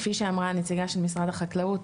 כמו שאמרה הנציגה של משרד החקלאות,